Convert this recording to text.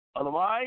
Otherwise